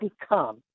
become